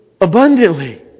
abundantly